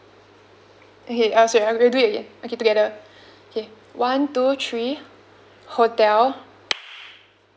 okay uh sorry we'll do it again okay together okay one two three hotel